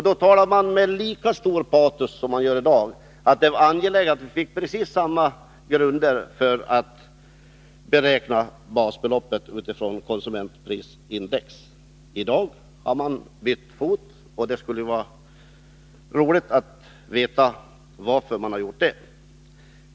Då talade man med lika stort patos som man gör i dag om det angelägna i att vi får precis samma grunder för beräkning av basbeloppet utifrån konsumentprisindex. Men i dag har man bytt fot — och det skulle vara roligt att få veta varför man har gjort det.